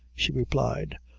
she replied.